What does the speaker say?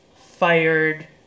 fired